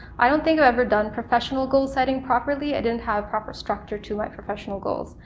i don't think i've ever done professional goal-setting properly. i didn't have proper structure to my professional goals,